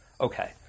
Okay